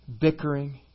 bickering